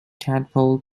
tadpole